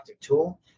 tool